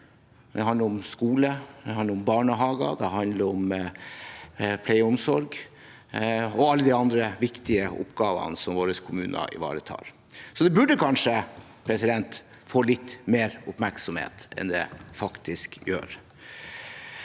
Den handler om skole, om barnehager, om pleie og omsorg og om alle de andre viktige oppgavene som våre kommuner ivaretar. Så den burde kanskje fått litt mer oppmerksomhet enn den faktisk gjør.